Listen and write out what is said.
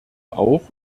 auch